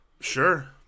Sure